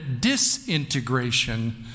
disintegration